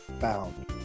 bound